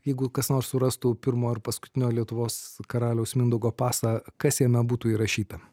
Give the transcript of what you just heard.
jeigu kas nors surastų pirmo ir paskutinio lietuvos karaliaus mindaugo pasą kas jame būtų įrašyta